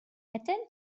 attend